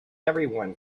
everyone